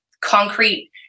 concrete